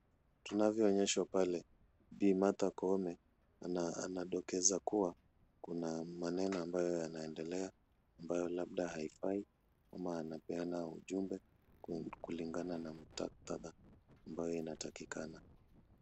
Tunavyoonyesha pale, Bi. Mathar Kuome anadokeza kuwa kuna maneno ambayo anaendelea ambayo labda haifai, ama anapiana ujumbe kulingana na muktadha ambayo inatakikana.